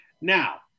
Now